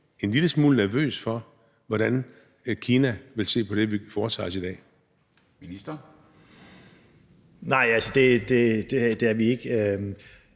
en lille smule nervøs for, hvordan Kina vil se på det, vi foretager os i dag? Kl. 10:11 Formanden (Henrik